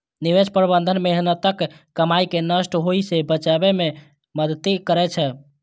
निवेश प्रबंधन मेहनतक कमाई कें नष्ट होइ सं बचबै मे मदति करै छै